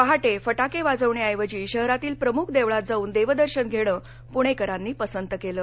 पहाटे फटाके फोडण्याऐवजी शहरातील प्रमुख देवळात जाऊन देवदर्शन घेण पुणेकरांनी पसंत केले